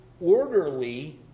orderly